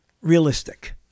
realistic